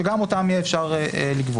שגם אותם יהיה אפשר לגבות.